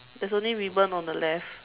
there's only ribbon on the left